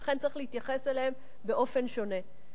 ולכן צריך להתייחס אליהם באופן שונה.